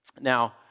Now